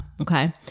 Okay